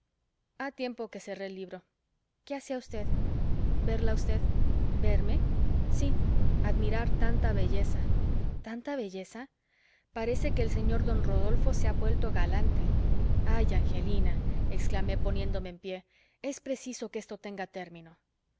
ha tiempo que cerré el libro qué hacía usted verla a usted verme sí admirar tanta belleza tanta belleza parece que el señor don rodolfo se ha vuelto galante ay angelina exclamé poniéndome en pie es preciso que esto tenga término